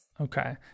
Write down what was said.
Okay